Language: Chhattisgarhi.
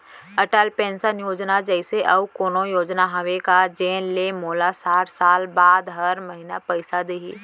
अटल पेंशन योजना जइसे अऊ कोनो योजना हावे का जेन ले मोला साठ साल बाद हर महीना पइसा दिही?